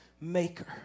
maker